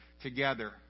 together